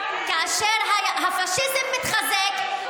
כאשר הפאשיזם מתחזק,